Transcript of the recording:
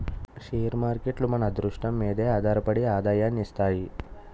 share మార్కేట్లు మన అదృష్టం మీదే ఆధారపడి ఆదాయాన్ని ఇస్తాయి